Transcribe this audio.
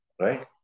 Right